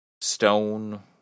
stone